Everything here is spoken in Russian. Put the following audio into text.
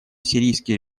сирийский